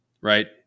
Right